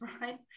right